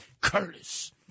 Curtis